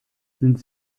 sind